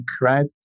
right